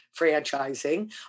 franchising